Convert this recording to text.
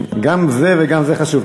גם זה וגם זה חשובים.